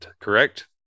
correct